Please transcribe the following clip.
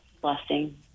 blessing